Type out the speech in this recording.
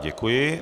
Děkuji.